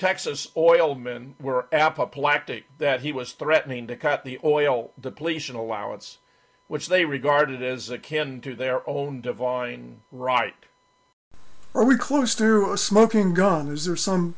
texas oil men were apoplectic that he was threatening to cut the oil depletion allowance which they regarded as a can through their own divine right recluse through a smoking gun is there some